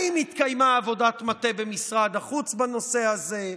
האם התקיימה עבודת מטה במשרד החוץ בנושא הזה,